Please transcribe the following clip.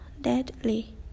deadly